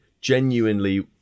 genuinely